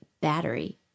battery